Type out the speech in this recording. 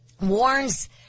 warns